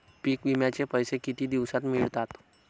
पीक विम्याचे पैसे किती दिवसात मिळतात?